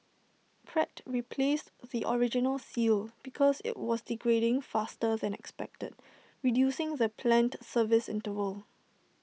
Pratt replaced the original seal because IT was degrading faster than expected reducing the planned service interval